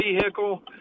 vehicle